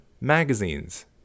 magazines